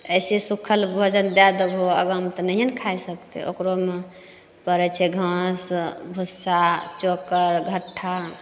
अइसे सुखल भोजन दए देबहो आगाँमे तऽ नहिए ने खाइ सकतै ओकरो भी पड़ैत छै घास भुस्सा चोकर घट्ठा